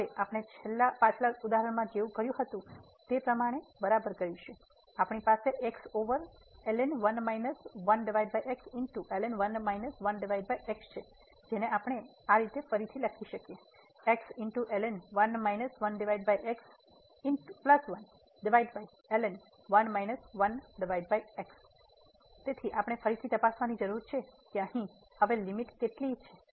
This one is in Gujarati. અને હવે આપણે પાછલા ઉદાહરણમાં જેવું કર્યું હતું તે પ્રમાણે બરાબર કરીશું તેથી આપણી પાસે x ઓવર છે જેને આપણે આ ફરીથી લખી શકીએ તેથી આપણે ફરીથી તપાસવાની જરૂર છે કે અહીં હવે લીમીટ કેટલી છે